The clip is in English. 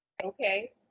Okay